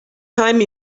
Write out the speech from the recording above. time